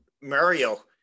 Mario